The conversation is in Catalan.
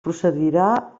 procedirà